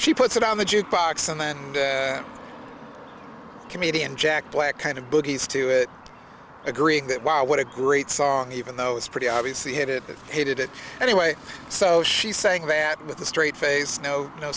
she puts it on the jukebox and then comedian jack black kind of bogies to it agreeing that wow what a great song even though it's pretty obvious he hit it hated it anyway so she's saying that with a straight face no no